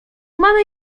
mamy